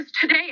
today